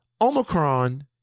Omicron